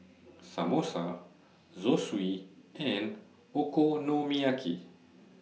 Samosa Zosui and Okonomiyaki